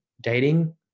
dating